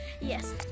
Yes